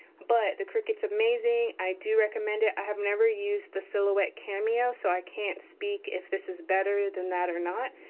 but the cricut's amazing. i do recommend it. i have never used the silhouette cameo. so i can't speak if this is better than that or not,